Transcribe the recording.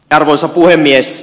arvoisa puhemies